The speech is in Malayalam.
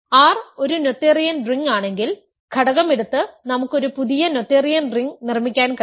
R ഒരു നോതേറിയൻ റിംഗ് ആണെങ്കിൽ ഘടകം എടുത്ത് നമുക്ക് ഒരു പുതിയ നോതേറിയൻ റിംഗ് നിർമ്മിക്കാൻ കഴിയും